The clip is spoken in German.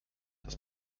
das